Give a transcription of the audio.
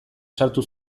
sartu